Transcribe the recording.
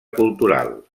cultural